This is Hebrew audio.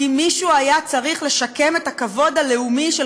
הי שמישהו היה צריך לשקם את הכבוד הלאומי של